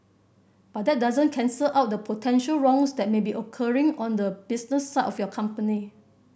but that doesn't cancel out the potential wrongs that may be occurring on the business side of your company